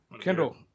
Kendall